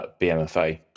BMFA